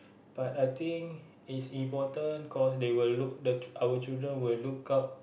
but I think is important cause they will look the our children will look out